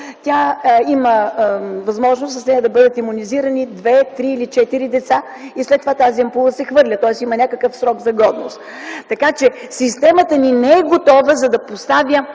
ампула, могат да бъдат имунизирани 2, 3 или 4 деца и след това тази ампула се хвърля, тоест има някакъв срок за годност. Системата ни не е готова, за да поставя